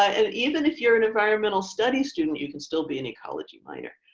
and even if you're an environmental study student, you can still be an ecology minor.